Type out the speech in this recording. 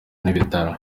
n’ibitaro